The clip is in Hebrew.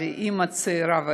אבל היא אימא צעירה